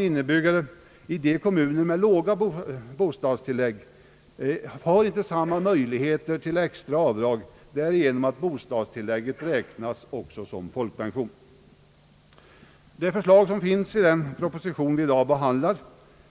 Inbyggare i kommuner där man ger låga bostadstillägg kan inte ha samma möjligheter till extra avdrag därigenom att också bostadstillägget räknas såsom folkpension. Det förslag som finns i den proposition, som vi i dag behandlar,